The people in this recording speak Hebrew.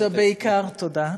תודה.